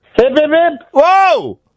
Whoa